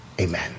Amen